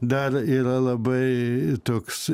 dar yra labai toks